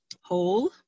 whole